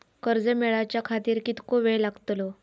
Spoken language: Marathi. कर्ज मेलाच्या खातिर कीतको वेळ लागतलो?